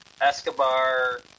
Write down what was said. Escobar